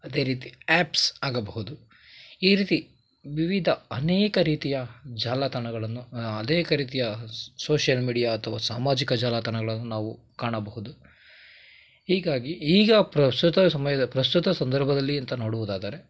ಅದೇ ರೀತಿ ಆ್ಯಪ್ಸ್ ಆಗಬಹುದು ಈ ರೀತಿ ವಿವಿಧ ಅನೇಕ ರೀತಿಯ ಜಾಲತಾಣಗಳನ್ನು ಅನೇಕ ರೀತಿಯ ಸೋಷ್ಯಲ್ ಮೀಡಿಯಾ ಅಥವಾ ಸಾಮಾಜಿಕ ಜಾಲತಾಣಗಳನ್ನು ನಾವು ಕಾಣಬಹುದು ಹೀಗಾಗಿ ಈಗ ಪ್ರಸ್ತುತ ಸಮಯದ ಪ್ರಸ್ತುತ ಸಂದರ್ಭದಲ್ಲಿ ಅಂತ ನೋಡುವುದಾದರೆ